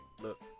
look